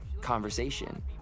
conversation